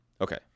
Okay